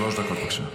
שלוש דקות, בבקשה.